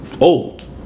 old